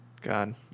god